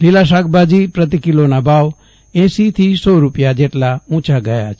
લીલા શાકભાજી પ્રતિકીલોના ભાવ એસી થી સો રૂપિયા જેટલા ઉંચા ગયા છે